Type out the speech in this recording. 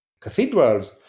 cathedrals